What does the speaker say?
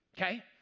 okay